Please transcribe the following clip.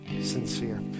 sincere